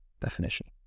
definition